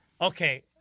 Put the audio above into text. Okay